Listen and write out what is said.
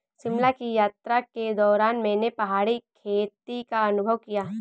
शिमला की यात्रा के दौरान मैंने पहाड़ी खेती का अनुभव किया